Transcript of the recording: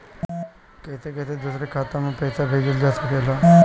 कईसे कईसे दूसरे के खाता में पईसा भेजल जा सकेला?